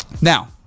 Now